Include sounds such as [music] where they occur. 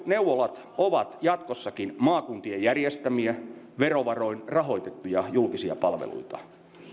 [unintelligible] neuvolat ovat jatkossakin maakuntien järjestämiä verovaroin rahoitettuja julkisia palveluita